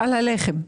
תודה.